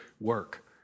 work